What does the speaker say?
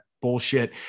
bullshit